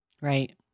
Right